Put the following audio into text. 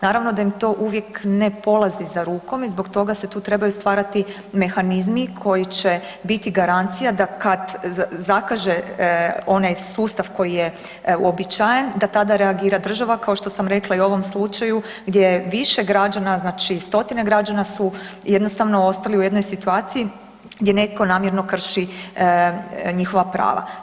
Naravno da im to uvijek ne polazi za rukom i zbog toga se tu trebaju stvarati mehanizmi koji će biti garancija da kada zakaže onaj sustav koji je uobičajen da tada reagira država kao što sam rekla i u ovom slučaju gdje je više građana znači 100-tine građana su jednostavno ostali u jednoj situaciji gdje netko namjerno krši njihova prava.